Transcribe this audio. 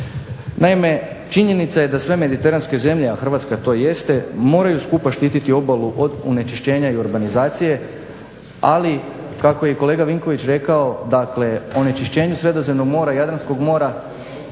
Naime, činjenica je da sve mediteranske zemlje, a Hrvatska to jeste, moraju skupa štititi obalu od onečišćenja i urbanizacije, ali kako je i kolega Vinković rekao dakle onečišćenju Sredozemnog mora, Jadranskog mora